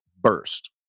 burst